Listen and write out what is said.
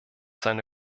seine